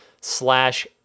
slash